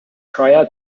prior